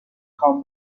came